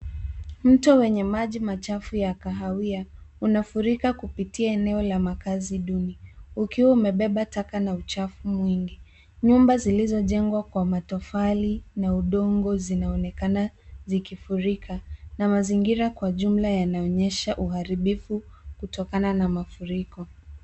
Mto wenye maji machafu ya kahawia, unafurika kupitia eneo la makazi duni, ukiwa umebeba taka na uchafu mwingi. Nyumba zilizojengwa kwa matofali na udongo zinaonekana zikifurika na mazingira kwa jumla yanaonyesha uharibifu kutokana na mafuriko.